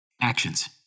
Actions